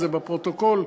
זה בפרוטוקול.